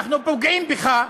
אנחנו פוגעים בך.